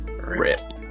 Rip